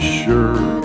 sure